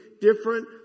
different